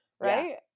Right